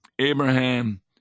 Abraham